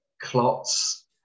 clots